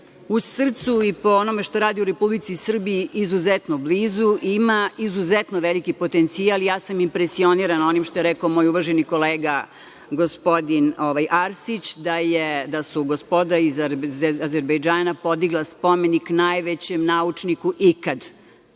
u srcu i po onome što radi u Republici Srbiji izuzetno blizu, ima izuzetno veliki potencijal i ja sam impresionirana onim što je rekao moj uvaženi kolega, gospodin Arsić, da su gospoda iz Azerbejdžana podigla spomenik najvećem naučniku ikada,